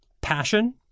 passion